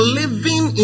living